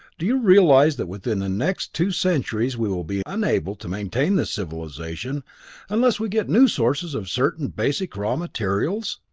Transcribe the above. do you realize that within the next two centuries we will be unable to maintain this civilization unless we get new sources of certain basic raw materials?